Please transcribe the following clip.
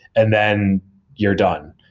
and then you're done.